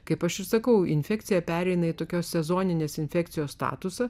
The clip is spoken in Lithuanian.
kaip aš įsakau infekcija pereina į tokios sezoninės infekcijos statusą